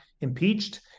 impeached